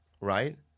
right